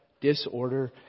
Disorder